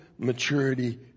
Maturity